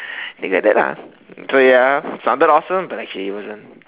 things like that lah so ya sounded awesome but actually it wasn't